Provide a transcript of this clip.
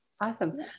awesome